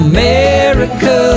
America